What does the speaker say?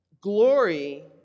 glory